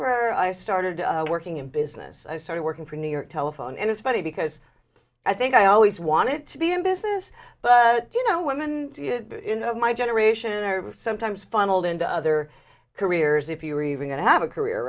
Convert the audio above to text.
where i started working in business i started working for new york telephone and it's funny because i think i always wanted to be in business but you know women in my generation are sometimes funneled into other careers if you're even going to have a career